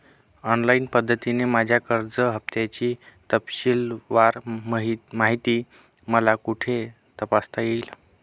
Online पद्धतीने माझ्या कर्ज हफ्त्याची तपशीलवार माहिती मला कुठे तपासता येईल?